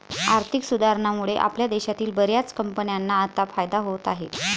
आर्थिक सुधारणांमुळे आपल्या देशातील बर्याच कंपन्यांना आता फायदा होत आहे